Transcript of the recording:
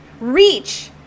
reach